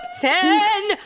Ten